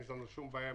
שזה יהודים,